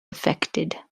affected